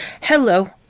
hello